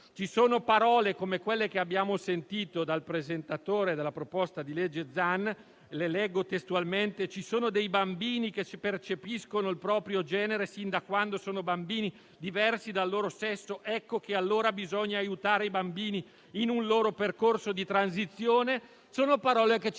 Ci sono parole, come quelle che abbiamo ascoltato dal presentatore del disegno di legge Zan, che leggo testualmente: ci sono dei bambini che percepiscono il proprio genere, fin da quando sono bambini, diversi dal loro sesso; ecco che allora bisogna aiutare i bambini in un loro percorso di transizione. Sono parole che ci